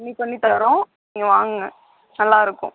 கம்மி ப்பண்ணித் தரோம் நீங்கள் வாங்க நல்லா இருக்கும்